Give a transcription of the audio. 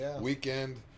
weekend